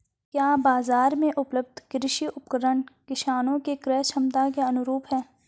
क्या बाजार में उपलब्ध कृषि उपकरण किसानों के क्रयक्षमता के अनुरूप हैं?